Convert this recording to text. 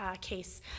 case